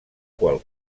qual